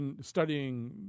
studying